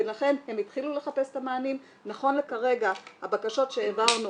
ולכן הם התחילו לחפש את המענים נכון לכרגע הבקשות שהעברנו